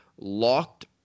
Locked